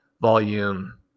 volume